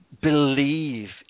believe